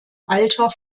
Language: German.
alter